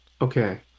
Okay